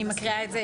אני מקריאה.